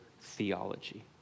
theology